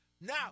Now